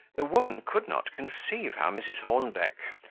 the woman could not conceive how mrs. hornbeck,